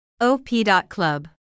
op.club